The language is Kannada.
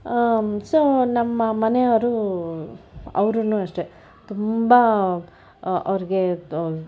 ಸೊ ನಮ್ಮ ಮನೆಯವರು ಅವರೂನು ಅಷ್ಟೇ ತುಂಬ ಅವ್ರಿಗೆ